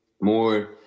more